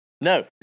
No